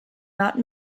not